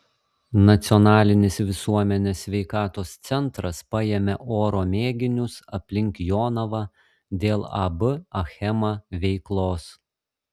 nacionalinis visuomenės sveikatos centras paėmė oro mėginius aplink jonavą dėl ab achema veiklos